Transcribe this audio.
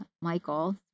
Michael